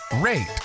rate